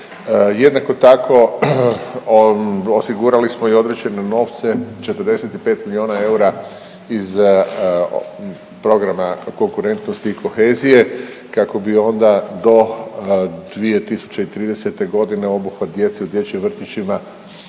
Jednako tako osigurali smo i određene novce 45 milijuna eura iz Programa konkurentnosti i kohezije kako bi onda do 2030.g. obuhvat djece u dječjim vrtićima